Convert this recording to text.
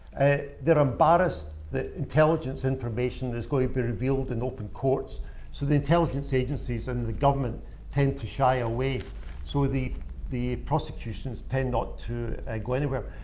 they're embarrassed that intelligence information is going to be revealed an open courts so the intelligence agencies and the government tend to shy away so the the prosecutions tend not to go anywhere.